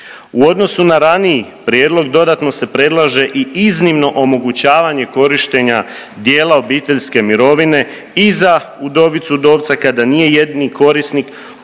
U odnosu na raniji prijedlog dodatno se predlaže i iznimno omogućavanje korištenja dijela obiteljske mirovine i za udovicu i udovca kada nije jedini korisnik